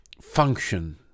function